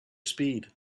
speed